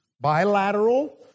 bilateral